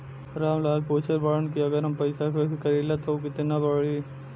राम लाल पूछत बड़न की अगर हम पैसा फिक्स करीला त ऊ कितना बड़ी?